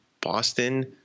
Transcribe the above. Boston